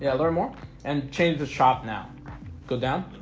yeah learn more and change the shop now go down